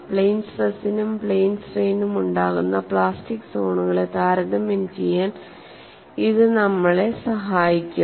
plane സ്ട്രെസിനും plane സ്ട്രെയ്നിനും ഉണ്ടാകുന്ന പ്ലാസ്റ്റിക് സോണുകളെ താരതമ്യം ചെയ്യാൻ ഇത് നമ്മളെ സഹായിക്കും